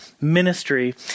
ministry